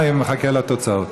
אני מחכה לתוצאות.